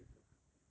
what's K_S bull